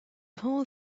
whole